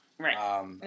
Right